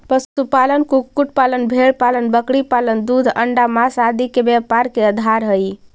पशुपालन, कुक्कुट पालन, भेंड़पालन बकरीपालन दूध, अण्डा, माँस आदि के व्यापार के आधार हइ